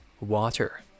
water